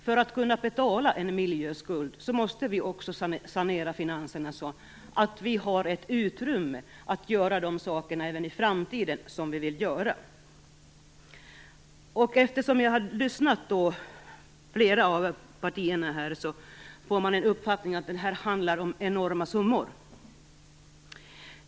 För att kunna betala en miljöskuld måste vi också sanera finanserna så att vi har ett utrymme att även i framtiden göra de saker som vi vill göra. När man lyssnar till företrädare för flera av partierna får man uppfattningen att det handlar om enorma summor.